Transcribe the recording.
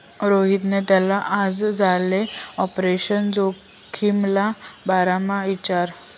रोहितनी त्याना आजलाले आपरेशन जोखिमना बारामा इचारं